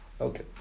Okay